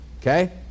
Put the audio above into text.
okay